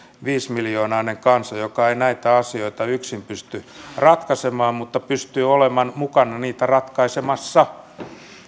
viisimiljoonainen kansa joka ei näitä asioita yksin pysty ratkaisemaan mutta pystyy olemaan mukana niitä ratkaisemassa